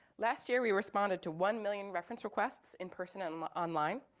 last year, we responded to one million reference requests, in person and online,